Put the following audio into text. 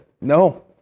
no